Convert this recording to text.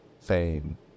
fame